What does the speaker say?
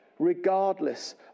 regardless